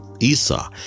Esau